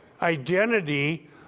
identity